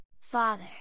Father